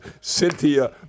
Cynthia